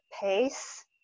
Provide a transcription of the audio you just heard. pace